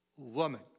Woman